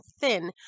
thin